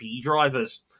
drivers